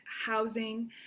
housing